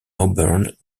auburn